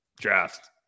draft